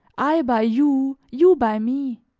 i by you, you by me.